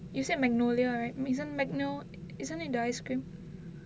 you said magnolia right isn't magno~ isn't the ice cream